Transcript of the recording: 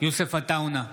יוסף עטאונה,